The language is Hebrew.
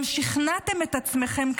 גם שכנעתם את עצמכם,